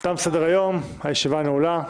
תם סדר היום, הישיבה נעולה.